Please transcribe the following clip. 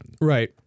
Right